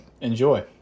enjoy